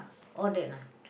all that lah